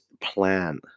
plan